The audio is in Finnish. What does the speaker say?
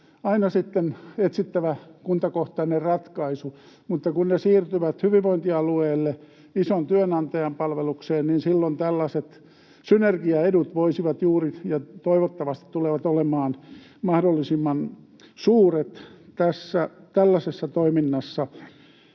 aina etsiä kuntakohtainen ratkaisu, mutta kun he siirtyvät hyvinvointialueelle ison työnantajan palvelukseen, niin silloin juuri tällaiset synergiaedut voisivat olla ja toivottavasti tulevat olemaan mahdollisimman suuret tässä tällaisessa toiminnassa.